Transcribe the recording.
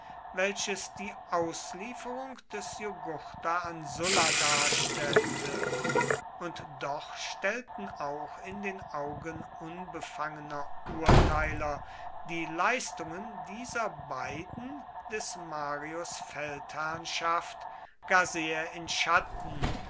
welches die auslieferung des jugurtha an sulla darstellte und doch stellten auch in den augen unbefangener urteiler die leistungen dieser beiden des marius feldherrnschaft gar sehr in schatten